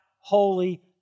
Holy